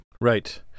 Right